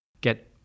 get